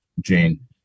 Jane